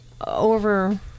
over